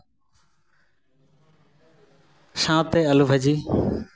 ᱥᱟᱶᱛᱮ ᱟ ᱞᱩ ᱵᱷᱟ ᱡᱤ